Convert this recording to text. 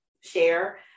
share